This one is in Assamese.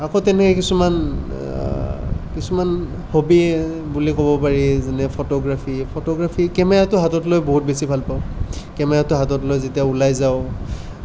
আকৌ তেনেকৈ কিছুমান কিছুমান হ'বীয়ে বুলি ক'ব পাৰি যেনে ফটোগ্ৰাফী ফটোগ্ৰাফী কেমেৰাটো হাতত লৈ বহুত বেছি ভাল পাওঁ কেমেৰাটো হাতত লৈ যেতিয়া ওলাই যাওঁ